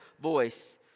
voice